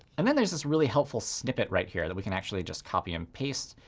and then there's this really helpful snippet right here that we can actually just copy and paste.